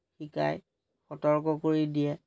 শিকাই সতৰ্ক কৰি দিয়ে